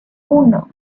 uno